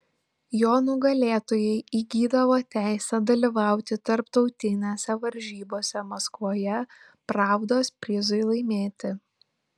jo nugalėtojai įgydavo teisę dalyvauti tarptautinėse varžybose maskvoje pravdos prizui laimėti